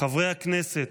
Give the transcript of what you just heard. "חברי הכנסת,